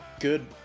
good